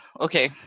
okay